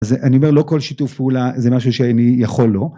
אז אני אומר, לא כל שיתוף פעולה, זה משהו שאני יכול לו.